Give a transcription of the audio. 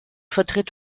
vertritt